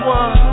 one